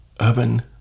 Urban